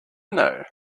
know